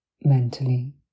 mentally